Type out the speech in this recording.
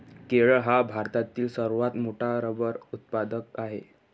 केरळ हा भारतातील सर्वात मोठा रबर उत्पादक आहे